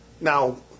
Now